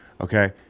Okay